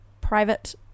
private